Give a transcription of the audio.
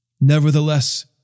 Nevertheless